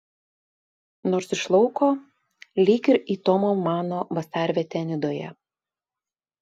nors iš lauko lyg ir į tomo mano vasarvietę nidoje